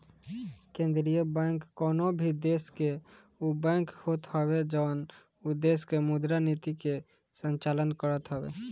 केंद्रीय बैंक कवनो भी देस के उ बैंक होत हवे जवन उ देस के मुद्रा नीति के संचालन करत हवे